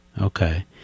Okay